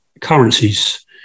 currencies